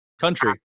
country